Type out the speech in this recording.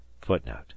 Footnote